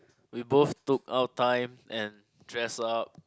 we both took out time and dress up